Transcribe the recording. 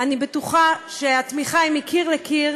אני בטוחה שהתמיכה היא מקיר לקיר.